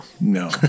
no